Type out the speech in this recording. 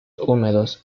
húmedos